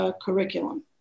curriculum